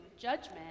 judgment